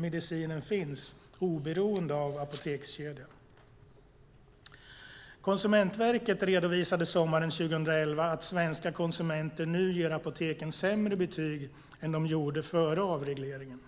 medicinen finns oberoende av apotekskedja. Konsumentverket redovisade sommaren 2011 att svenska konsumenter nu ger apoteken sämre betyg än de gjorde före avregleringen.